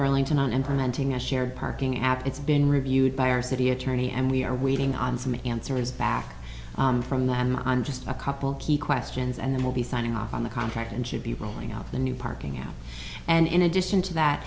burlington on and preventing a shared parking app it's been reviewed by our city attorney and we are waiting on some answers back from them on just a couple key questions and they will be signing off on the contract and should be rolling out the new parking out and in addition to that